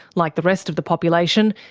like the rest of the population,